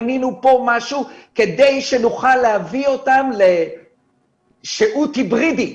בנינו פה משהו כדי שנוכל להביא אותם לשהות היברידית,